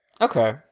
Okay